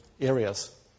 areas